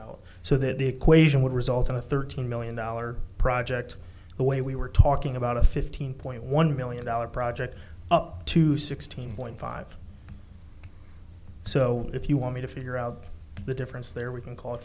out so that the equation would result in a thirteen million dollars project the way we were talking about a fifteen point one million dollars project up to sixteen point five so if you want me to figure out the difference there we can call it